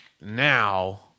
now